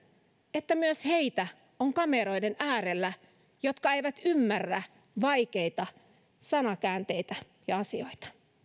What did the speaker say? että myös heitä on kameroiden äärellä jotka eivät ymmärrä vaikeita sanankäänteitä ja asioita